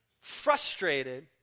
frustrated